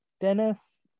Dennis